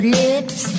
lips